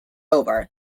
over